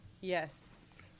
Yes